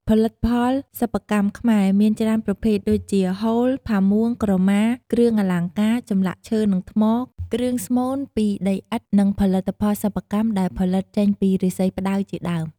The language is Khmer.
ផលិតផលសិប្បកម្មខ្មែរមានច្រើនប្រភេទដូចជា ហូល ផាមួង ក្រម៉ា គ្រឿងអលង្ការ ចម្លាក់ឈើនិងថ្ម គ្រឿងស្មូនពីដីឥដ្ធ និងផលិផលសិប្បកម្មដែលផលិតចេញពីឬស្សីផ្តៅ ជាដើម។